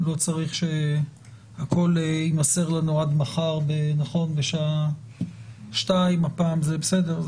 לא צריך שהכול יימסר לנו עד מחר בשעה 14:00 הפעם זה בסדר,